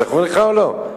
זכור לך או לא?